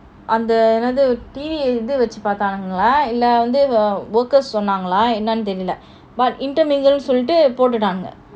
அந்த என்னது:antha ennathu T_V இத வெச்சி பாதநுண்கலை இல்ல:itha vechi paathanungala illa workers சொந்தங்களை தெரில ஆனா:sonangala terila aana intermingled சொல்லிட்டு போட்டுட்டானுங்க:solitu potutanunga